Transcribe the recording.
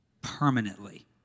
permanently